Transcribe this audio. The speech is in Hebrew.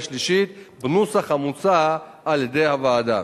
השלישית בנוסח המוצע על-ידי הוועדה.